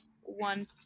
one